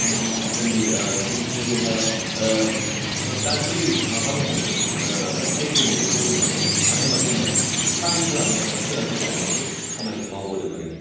जोंहा जोंनि ओ जिखिनि जोंहा ओ गाज्रि माबा दङ ओ साइड दङ बेखौ जों माने हानायमानि माने स्रांखै लाबोनाय बा सोरांखै लाबोनायखौ खामानिखौ मावबोदों आरखि